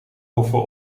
poffen